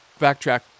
backtrack